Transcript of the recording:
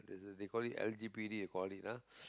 they called it L_G_P_D you called it ah